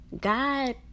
god